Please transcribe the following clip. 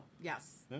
Yes